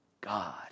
God